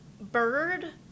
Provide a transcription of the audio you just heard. bird